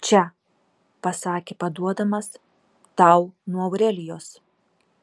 čia pasakė paduodamas tau nuo aurelijos